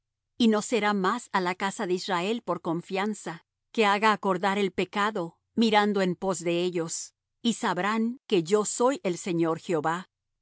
y no será más á la casa de israel por confianza que haga acordar el pecado mirando en pos de ellos y sabrán que yo soy el señor jehová